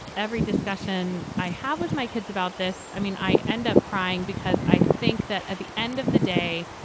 every discussion i have with my kids about this, i mean, i end up crying because i think that at the end of the day,